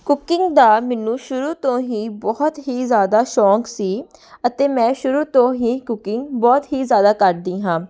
cooking ਦਾ ਮੈਨੂੰ ਸ਼ੁਰੂ ਤੋਂ ਹੀ ਬਹੁਤ ਹੀ ਜ਼ਿਆਦਾ ਸ਼ੌਕ ਸੀ ਅਤੇ ਮੈਂ ਸ਼ੁਰੂ ਤੋਂ ਹੀ ਕੁਕਿੰਗ ਬਹੁਤ ਹੀ ਜ਼ਿਆਦਾ ਕਰਦੀ ਹਾਂ